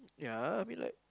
ya I mean like